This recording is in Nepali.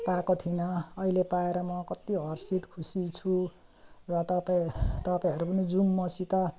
पाएको थिइनँ अहिले पाएर म कति हर्षित खुसी छु र तपाईँ तपाईँहरू पनि जाऊँ मसित